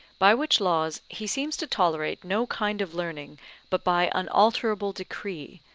by which laws he seems to tolerate no kind of learning but by unalterable decree,